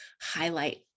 highlight